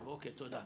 זה מה שהציע אמיתי.